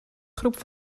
groep